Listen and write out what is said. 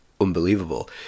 unbelievable